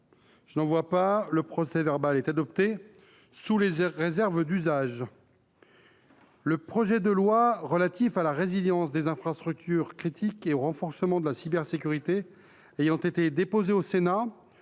d’observation ?… Le procès verbal est adopté sous les réserves d’usage. Le projet de loi relatif à la résilience des infrastructures critiques et au renforcement de la cybersécurité ayant été déposé au Sénat,